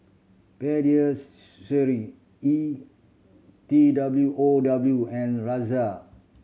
Pediasure E T W O W and Razer